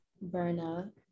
Berna